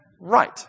right